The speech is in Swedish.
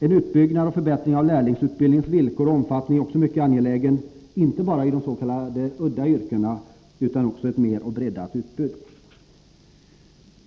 En utbyggnad och förbättring av lärlingsutbildningens villkor och omfattning är också mycket angelägen, inte bara is.k. udda yrken utan även i ett mer breddat utbud.